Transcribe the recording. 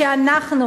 ואנחנו,